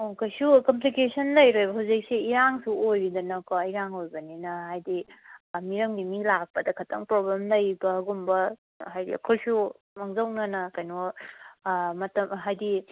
ꯑꯣ ꯀꯩꯁꯨ ꯀꯝꯄ꯭ꯂꯤꯀꯦꯁꯟ ꯂꯩꯔꯣꯏꯕ ꯍꯧꯖꯤꯛꯁꯦ ꯏꯔꯥꯡꯁꯨ ꯑꯣꯏꯔꯤꯗꯅꯀꯣ ꯏꯔꯥꯡ ꯑꯣꯏꯕꯅꯤꯅ ꯍꯥꯏꯗꯤ ꯃꯤꯔꯝꯒꯤ ꯃꯤ ꯂꯥꯛꯄꯗ ꯈꯤꯇꯪ ꯄ꯭ꯔꯣꯕ꯭ꯂꯦꯝ ꯂꯩꯕꯒꯨꯝꯕ ꯍꯥꯏꯗꯤ ꯑꯩꯈꯣꯏꯁꯨ ꯃꯥꯡꯖꯧꯅꯅ ꯀꯩꯅꯣ ꯃꯇꯝ ꯍꯥꯏꯗꯤ